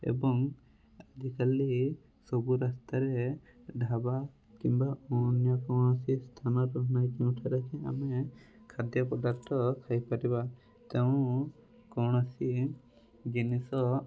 ଏବଂ ଆଜିକାଲି ସବୁ ରାସ୍ତାରେ ଢାବା କିମ୍ବା ଅନ୍ୟ କୌଣସି ସ୍ଥାନ ନାହିଁ ଯେଉଁଠାରେ କି ଆମେ ଆମେ ଖାଦ୍ୟ ପଦାର୍ଥ ଖାଇପାରିବା ତେଣୁ କୌଣସି ଜିନିଷ